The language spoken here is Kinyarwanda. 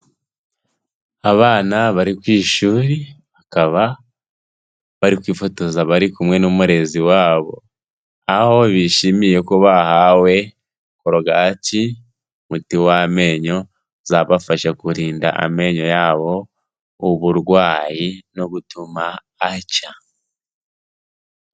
Abana bari ku ishuri bakaba bari kwifotoza bari kumwe n'umurezi wabo, aho bishimiye ko bahawe korogati umuti w'amenyo uzabafasha kurinda amenyo yabo uburwayi no gutuma acya.